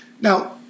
Now